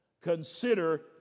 Consider